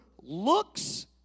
looks